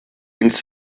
ins